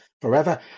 forever